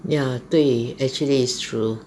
ya 对 actually is true